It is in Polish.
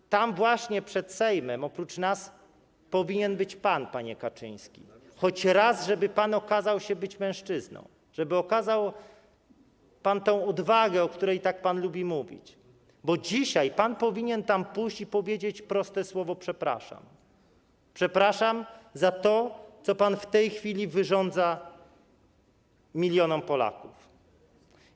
Ale tam właśnie przed Sejmem oprócz nas powinien być pan, panie Kaczyński, choć raz, żeby pan okazał się mężczyzną, żeby okazał pan tę odwagę, o której tak lubi pan mówić, bo dzisiaj pan powinien tam pójść i powiedzieć proste słowo: przepraszam, przepraszam za to, co pan w tej chwili wyrządza milionom Polaków.